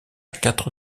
quatre